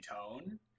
tone